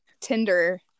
Tinder